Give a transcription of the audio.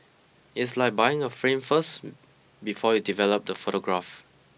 it's like buying a frame first before you develop the photograph